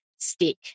stick